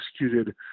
executed